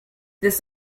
this